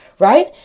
Right